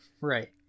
Right